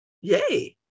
Yay